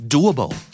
Doable